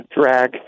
drag